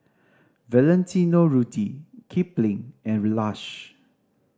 Valentino Rudy Kipling and